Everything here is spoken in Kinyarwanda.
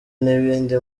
n’ibindi